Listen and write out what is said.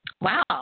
Wow